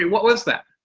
and what was that?